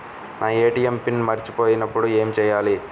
నా ATM PIN మరచిపోయినప్పుడు ఏమి చేయాలి?